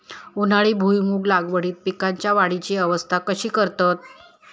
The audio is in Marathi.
उन्हाळी भुईमूग लागवडीत पीकांच्या वाढीची अवस्था कशी करतत?